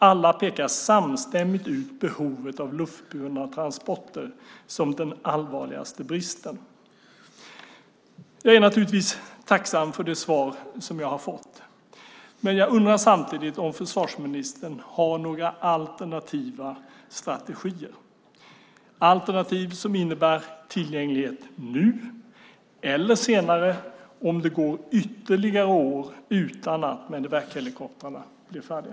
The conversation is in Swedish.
Alla pekar samstämmigt ut avsaknaden av luftburna transporter som den allvarligaste bristen. Jag är naturligtvis tacksam för det svar som jag har fått, men jag undrar samtidigt om försvarsministern har några alternativa strategier, alternativ som innebär tillgänglighet nu eller senare om det går ytterligare år utan att Medevachelikoptrarna blir färdiga.